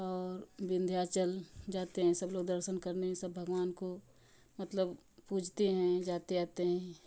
और विंध्याचल जाते हैं सब लोग दर्शन करने सब भगवान को मतलब पूजते हैं जाते आते हैं